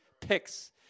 picks